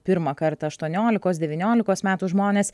pirmą kartą aštuoniolikos devyniolikos metų žmonės